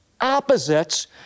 opposites